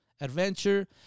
adventure